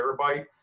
terabyte